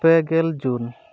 ᱯᱮᱜᱮᱞ ᱡᱩᱱ